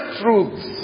truths